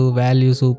values